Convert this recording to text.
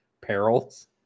perils